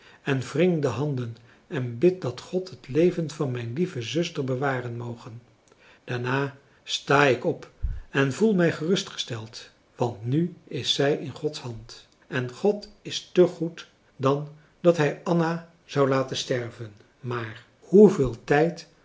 en wring de handen en bid dat god het leven van mijn lieve zuster bewaren moge daarna sta ik op en voel mij gerustgesteld want nu is zij in gods hand en god is te goed dan dat hij anna zou laten sterven maar hoeveel tijd